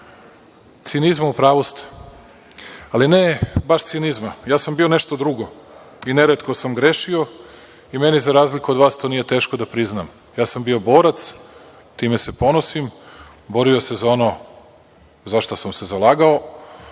cinizma, u pravu ste. Ali, ne baš cinizma, ja sam bio nešto drugo. Neretko sam grešio i meni, za razliku od vas, to nije teško da priznam. Ja sam bio borac i time se ponosim. Borio sam se za ono za šta sam se zalagao.